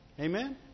Amen